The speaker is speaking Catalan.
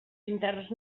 interns